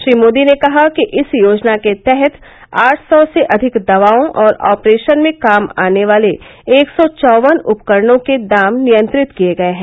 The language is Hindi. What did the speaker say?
श्री मोदी ने कहा कि इस योजना के तहत आठ सौ से अधिक दवाओं और ऑपरेशन में काम आने वाले एक सौ चौवन उपकरणों के दाम नियंत्रित किये गये हैं